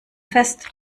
fest